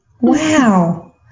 Wow